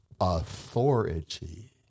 authority